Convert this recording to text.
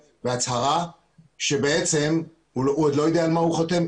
בהצהרה כשבעצם הוא עוד לא יודע על מה הוא חותם.